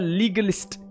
legalist